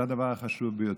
זה הדבר החשוב ביותר.